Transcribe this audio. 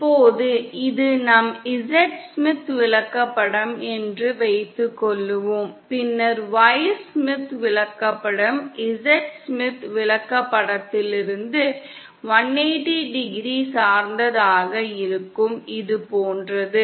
இப்போது இது நம் Z ஸ்மித் விளக்கப்படம் என்று வைத்துக்கொள்வோம் பின்னர் Y ஸ்மித் விளக்கப்படம் Z ஸ்மித் விளக்கப்படத்திலிருந்து 180 ° சார்ந்ததாக இருக்கும் இது போன்றது